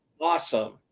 awesome